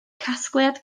casgliad